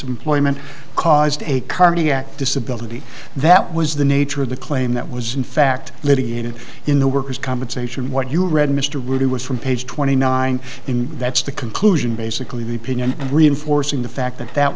employment caused a cardiac disability that was the nature of the claim that was in fact litigated in the workers compensation what you read mr ruby was from page twenty nine in that's the conclusion basically the opinion and reinforcing the fact that that